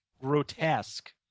Grotesque